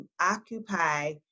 occupy